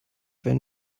wenn